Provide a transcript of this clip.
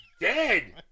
Dead